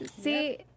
See